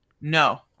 no